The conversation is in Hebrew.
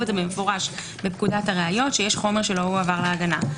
במפורש בפקודת הראיות שיש חומר שלא הועבר להגנה.